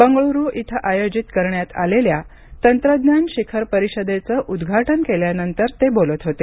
बंगळूरू इथ आयोजित करण्यात आलेल्या तंत्रज्ञान शिखर परिषदेचं उद्घाटन केल्यानंतर ते बोलत होते